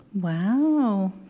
wow